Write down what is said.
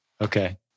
Okay